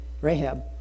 Rahab